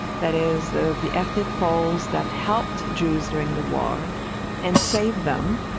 that is the the ethnic poles that helped jews during the war and save them,